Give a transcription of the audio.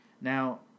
Now